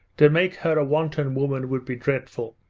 to make her a wanton woman would be dreadful.